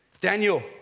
Daniel